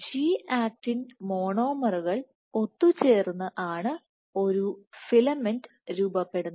G actin മോണോമറുകൾ ഒത്തുചേർന്ന് ആണ് ഒരു ഫിലമെന്റ് രൂപപ്പെടുന്നത്